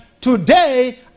today